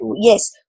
yes